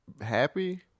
happy